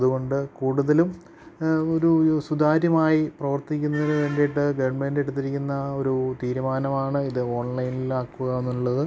അതുകൊണ്ട് കൂടുതലും ഒരു സുതാര്യമായി പ്രവർത്തിക്കുന്നതിന് വേണ്ടിയിട്ട് ഗവൺമെൻ്റെടുത്തിരിക്കുന്ന ഒരു തീരുമാനമാണ് ഇത് ഓൺലൈനിലാക്കുക എന്നുള്ളത്